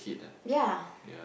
ya